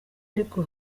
ariko